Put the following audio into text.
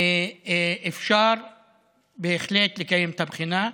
ואפשר בהחלט לקיים את הבחינה.